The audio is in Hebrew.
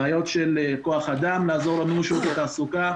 בעיות של כוח אדם לעזור מול שוק התעסוקה,